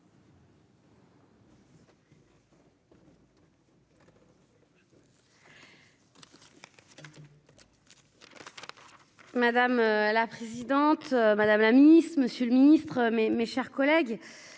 Madame la présidente, madame la miss Monsieur le Ministre, mes, mes chers collègues,